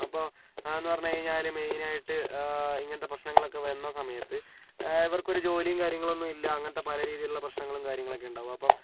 അപ്പോൾ അതെന്ന് പറഞ്ഞു കഴിഞ്ഞാൽ മെയിൻ ആയിട്ട് ഇങ്ങനത്തെ പ്രശ്നങ്ങളൊക്കെ വന്ന സമയത്ത് ഇവർക്ക് ഒരു ജോലിയും കാര്യങ്ങളൊന്നുമില്ല അങ്ങനത്തെ പല രീതീലുള്ള പ്രശ്നങ്ങളും കാര്യങ്ങളൊക്കെ ഉണ്ടാവും അപ്പം